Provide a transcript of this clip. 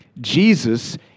Jesus